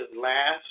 last